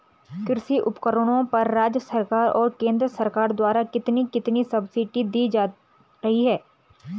कृषि उपकरणों पर राज्य सरकार और केंद्र सरकार द्वारा कितनी कितनी सब्सिडी दी जा रही है?